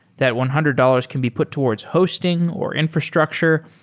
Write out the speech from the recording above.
that one hundred dollars can be put towards hosting or infrastructure,